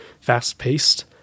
fast-paced